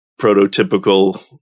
prototypical